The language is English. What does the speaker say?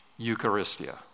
Eucharistia